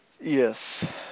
Yes